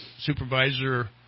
supervisor